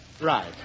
Right